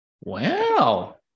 wow